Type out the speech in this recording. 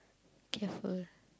careful